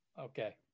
Okay